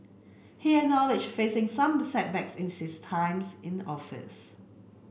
he acknowledged facing some setbacks in his times in office